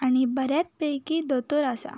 आनी बऱ्याच पैकी दोतोर आसा